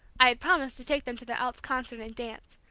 i had promised to take them to the elks concert and dance,